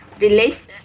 release